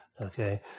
Okay